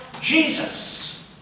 Jesus